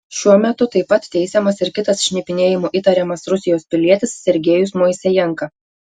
šiuo metu taip pat teisiamas ir kitas šnipinėjimu įtariamas rusijos pilietis sergejus moisejenka